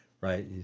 right